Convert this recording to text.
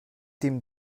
dem